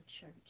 church